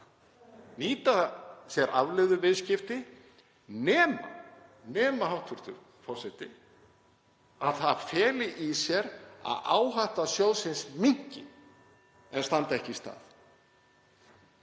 nýta sér afleiðuviðskipti nema, hæstv. forseti, að það feli í sér að áhætta sjóðsins minnki en standi ekki í stað.